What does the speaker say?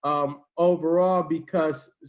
um overall because,